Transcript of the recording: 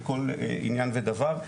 לכל עניין ודבר,